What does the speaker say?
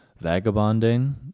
Vagabonding